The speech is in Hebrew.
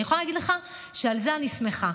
אני יכולה להגיד לך שעל זה אני שמחה,